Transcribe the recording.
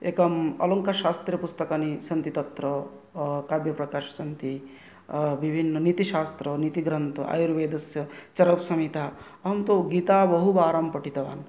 एकम् अलङ्कारशास्त्रपुस्तकानि सन्ति तत्र काव्यप्रकाशः सन्ति विभिन्न नीतिशास्त्र नीतिग्रन्थ आयुर्वेदस्य चरकसंहिता अहं तु गीता बहु वारं पठितवान्